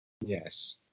Yes